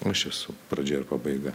aš esu pradžia ir pabaiga